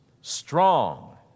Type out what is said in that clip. strong